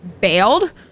bailed